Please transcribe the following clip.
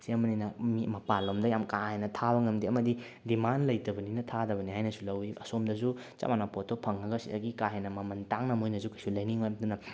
ꯁꯦꯝꯕꯅꯤꯅ ꯃꯤ ꯃꯄꯥꯜꯂꯣꯝꯗ ꯌꯥꯝ ꯀꯥꯍꯦꯟꯅ ꯊꯥꯕ ꯉꯝꯗꯦ ꯑꯃꯗꯤ ꯗꯤꯃꯥꯟ ꯂꯩꯇꯕꯅꯤꯅ ꯊꯥꯗꯕꯅꯦ ꯍꯥꯏꯅꯁꯨ ꯂꯧꯏ ꯑꯁꯣꯝꯗꯁꯨ ꯆꯞ ꯃꯥꯟꯅꯕ ꯄꯣꯠꯇꯣ ꯐꯪꯉꯒ ꯁꯤꯗꯒꯤ ꯀꯥꯍꯦꯟꯅ ꯃꯃꯟ ꯇꯥꯡꯅ ꯃꯣꯏꯅꯁꯨ ꯀꯩꯁꯨ ꯂꯩꯅꯤꯡꯉꯣꯏ ꯑꯗꯨꯅ